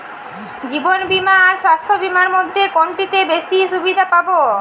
জীবন বীমা আর স্বাস্থ্য বীমার মধ্যে কোনটিতে বেশী সুবিধে পাব?